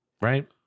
right